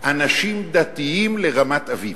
אנשים דתיים לרמת-אביב.